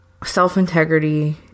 Self-integrity